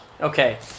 Okay